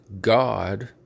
God